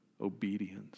Obedience